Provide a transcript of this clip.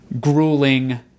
grueling